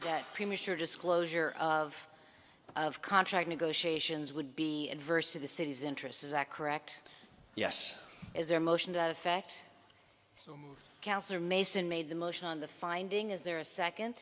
that premature disclosure of of contract negotiations would be adverse to the city's interest is that correct yes is there motion to that effect councillor mason made the motion on the finding is there a second